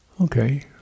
Okay